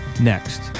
next